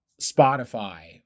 Spotify